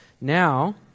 Now